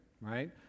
right